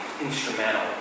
instrumental